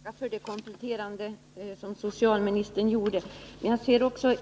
Herr talman! Jag får tacka för den komplettering som socialministern gjorde. Men jag ser också att